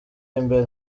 imbere